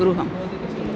गृहम्